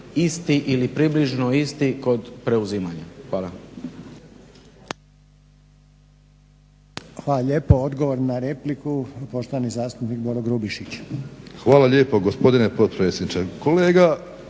isti ili približno isti kod preuzimanja. Hvala.